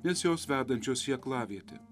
nes jos vedančios į aklavietę